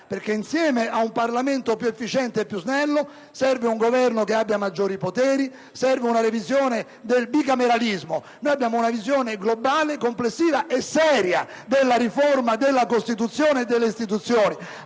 Insieme ad un Parlamento più efficiente e più snello, serve un Governo che abbia maggiori poteri, serve una revisione del bicameralismo. Noi abbiamo una visione globale, complessiva e seria della riforma della Costituzione e delle istituzioni,